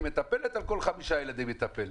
מטפלת תהיה על כל חמישה ילדם מטפלת.